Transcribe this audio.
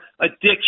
addiction